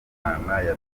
yatangarije